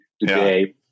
today